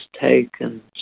taken